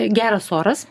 geras oras